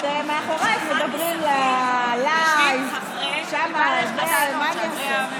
מאחורייך מדברים ללייב, שם זה, מה אני אעשה?